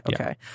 Okay